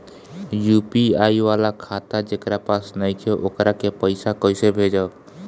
UPI वाला खाता जेकरा पास नईखे वोकरा के पईसा कैसे भेजब?